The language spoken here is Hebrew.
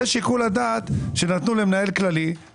זה שיקול הדעת שנתנו למנהל כללי,